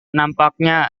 nampaknya